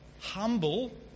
humble